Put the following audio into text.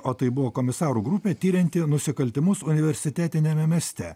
o tai buvo komisarų grupė tirianti nusikaltimus universitetiniame mieste